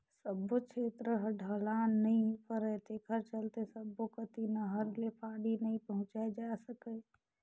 सब्बो छेत्र ह ढलान नइ परय तेखर चलते सब्बो कति नहर ले पानी नइ पहुंचाए जा सकय